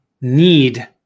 need